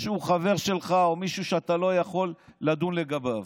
שהוא חבר שלך או מישהו שאתה לא יכול לדון לגביו,